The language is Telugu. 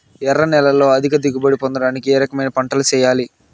ఎర్ర నేలలో అధిక దిగుబడి పొందడానికి ఏ రకమైన పంటలు చేయాలి?